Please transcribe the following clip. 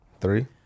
Three